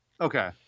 Okay